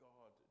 God